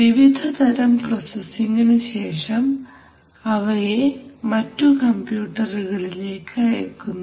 വിവിധതരം പ്രൊസസിങ്ങിനു ശേഷം അവയെ മറ്റു കമ്പ്യൂട്ടറുകളിലേക്ക് അയക്കുന്നു